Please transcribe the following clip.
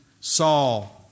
Saul